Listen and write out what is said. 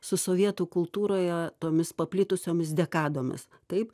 su sovietų kultūroje tomis paplitusiomis dekadomis taip